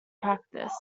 practice